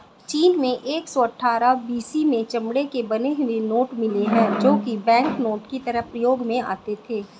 चीन में एक सौ अठ्ठारह बी.सी में चमड़े के बने हुए नोट मिले है जो की बैंकनोट की तरह प्रयोग में आते थे